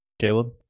Caleb